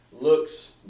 looks